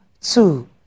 two